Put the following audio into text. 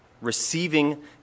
receiving